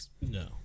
No